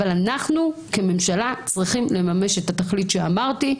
אבל אנחנו כממשלה צריכים לממש את התכלית שאמרתי,